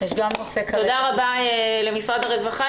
תודה רבה לנציג משרד הרווחה.